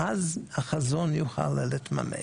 אז החזון יוכל להתממש.